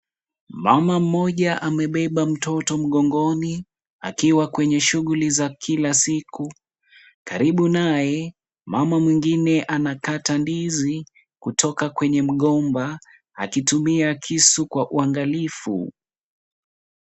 Mama mmoja amebeba mtoto mgongoni, akiwa kwenye shughuli za kila siku. Karibu naye, mama mwingine anakata ndizi kutoka kwenye mgomba, akitumia kisu kwa uangalifu.